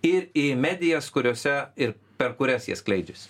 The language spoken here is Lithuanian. ir į medijas kuriose ir per kurias jie skleidžiasi